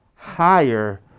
higher